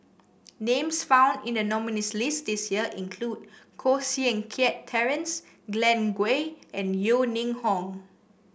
names found in the nominees' list this year include Koh Seng Kiat Terence Glen Goei and Yeo Ning Hong